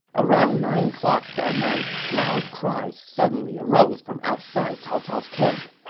around nine o'clock that night, loud cries suddenly arose from outside cao cao's camp.